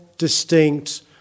Distinct